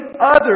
others